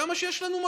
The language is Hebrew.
כמה מקום שיש לנו.